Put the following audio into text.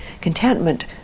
contentment